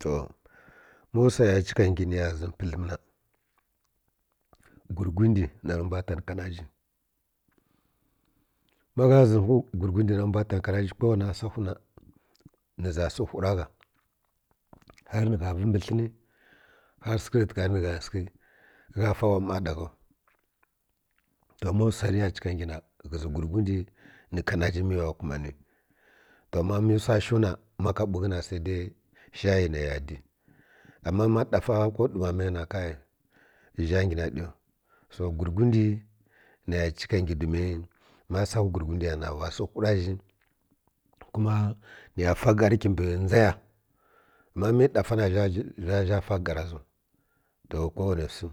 To ma wsai ya chika ngi niya zǝm pǝdlǝm na gwurgwundi narǝ mbwa ta nǝ kanaji magha zǝmwhi gwurgwundi narǝ mbwa ta nǝ kanaji ko rǝgha sawhi na nǝza sǝ whura gha har nǝfha vǝ mbǝ tlǝni har sǝghǝ khǝ tǝgharǝ nigha sǝghi gha fa wa ˈma ɗa ghau ma wsa niya chika ngi na ghǝzǝ gwurgwundi nǝ kanaji mi har waya kumani to ama mi wsashu na ma ka ɓughǝ na shayi ama ma ɗafa ko ɗumamǝ na zhangiu naɗu so gwurgwundi ghǝzǝ nai ya nghi naɗiya kuma niya fa ˈgari kyimbǝ ndzaya ama mi ɗafa na zha fa ˈgarazu nto gwui rǝ wsi